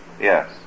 Yes